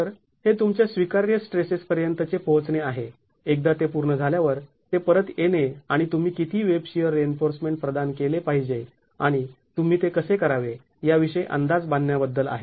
तर हे तुमच्या स्वीकार्य स्ट्रेसेस पर्यंतचे पोहचणे आहे एकदा ते पूर्ण झाल्यावर ते परत येणे आणि तुम्ही किती वेब शिअर रिइन्फोर्समेंट प्रदान केले पाहिजे आणि तुम्ही ते कसे करावे याविषयी अंदाज बांधण्याबद्दल आहे